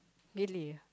really ah